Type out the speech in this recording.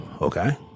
okay